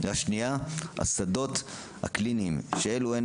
השנייה השדות הקליניים שאלו הן